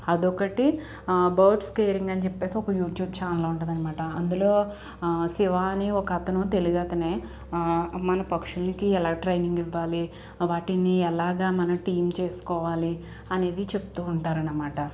అదొకటి birds caring అని చెప్పి ఒక యూట్యూబ్ చానెల్ అనేది ఉంటాదనమాట శివా అని ఒకతను తెలుగుతనే మన పక్షులకి ఎలా ట్రైనింగ్ ఇవ్వాలి వాటిని ఎలాగ మనం టీమ్ చేసుకోవాలి అనేది చెప్తూ ఉంటారనమాట